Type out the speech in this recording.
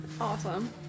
Awesome